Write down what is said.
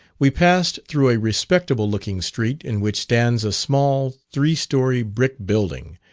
we passed through a respectable looking street, in which stands a small three storey brick building,